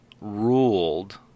ruled